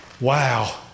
Wow